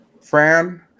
Fran